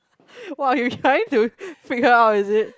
you trying to figure out is it